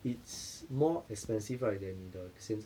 it's more expensive right than 你的现